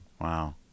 Wow